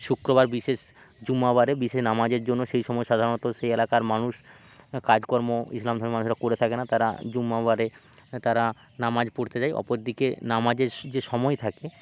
শুক্রবার বিশেষ জুম্মাবারে বিশেষ নামাজের জন্য সেই সময় সাধারণত সেই এলাকার মানুষ কাজ কর্ম ইসলাম ধর্মের মানুষেরা করে থাকে না তারা জুম্মাবারে তারা নামাজ পড়তে যায় অপর দিকে নামাজের সো যে সময় থাকে